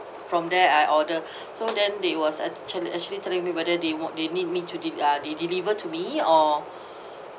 from there I order so then they was at actually telling me whether they want they need me to de~ uh they deliver to me or